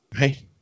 right